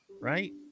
right